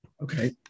Okay